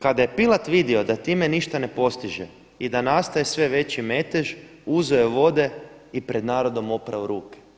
Kada je Pilat vidio da time ništa ne postiže i da nastaje sve veći metež uzeo je vode i pred narodom oprao ruke.